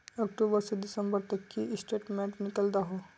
अक्टूबर से दिसंबर तक की स्टेटमेंट निकल दाहू?